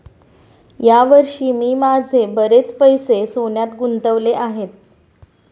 या वर्षी मी माझे बरेच पैसे सोन्यात गुंतवले आहेत